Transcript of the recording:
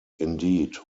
indeed